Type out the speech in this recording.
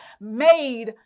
made